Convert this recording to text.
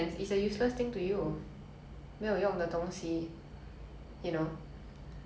ya so everytime I see that right I get very angry when I see useless things I get a bit angry